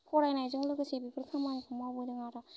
फरायनायजों लोगोसे बेफोर खामानिखौ मावबोदों आरो